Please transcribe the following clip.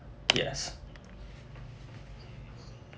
yes